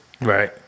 Right